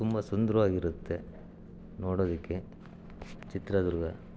ತುಂಬ ಸುಂದ್ರವಾಗಿರುತ್ತೆ ನೋಡೋದಕ್ಕೆ ಚಿತ್ರದುರ್ಗ